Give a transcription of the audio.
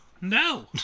No